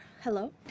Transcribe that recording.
Hello